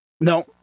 No